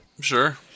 Sure